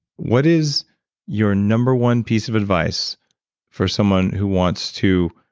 what is your number one piece of advice for someone who wants to